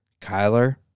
Kyler